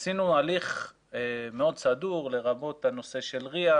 עשינו הליך מאוד סדור לרבות הנושא של ריא,